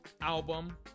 album